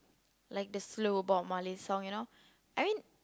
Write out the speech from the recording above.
like the slow Bob-Marley song you know I mean